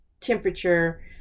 temperature